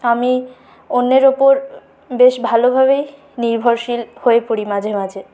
আমি অন্যের ওপর বেশ ভালোভাবেই নির্ভরশীল হয়ে পড়ি মাঝে মাঝে